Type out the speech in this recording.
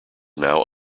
now